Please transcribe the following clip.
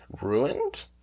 ruined